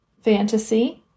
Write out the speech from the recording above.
fantasy